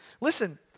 Listen